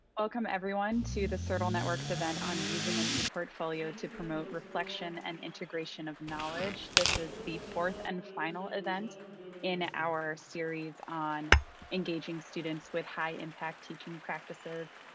welcome everyone to the cirtl network's event on using an eportfolio to promote reflection and integration of knowledge. this is the fourth and final event in our series on engaging students with high impact teaching practices,